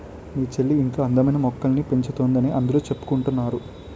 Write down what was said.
మీ చెల్లి ఇంట్లో అందమైన మొక్కల్ని పెంచుతోందని అందరూ చెప్పుకుంటున్నారు